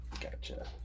Gotcha